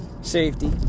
safety